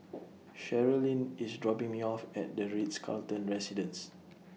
Sherlyn IS dropping Me off At The Ritz Carlton Residences